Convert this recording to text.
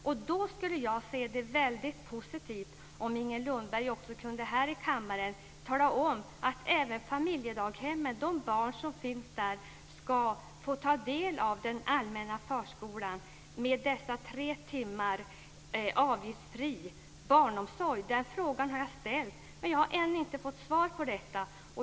Jag skulle se det som väldigt positivt om Inger Lundberg också här i kammaren kunde tala om att även de barn som finns i familjedaghemmen ska få ta del av den allmänna förskolan med dess tre timmar av avgiftsfri barnomsorg. Den frågan har jag ställt, men jag har ännu inte fått svar på den.